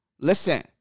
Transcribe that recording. Listen